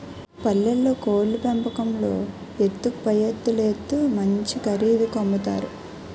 పల్లెల్లో కోళ్లు పెంపకంలో ఎత్తుకు పైఎత్తులేత్తు మంచి ఖరీదుకి అమ్ముతారు